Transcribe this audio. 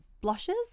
Blushes